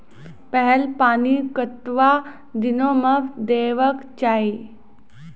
पहिल पानि कतबा दिनो म देबाक चाही?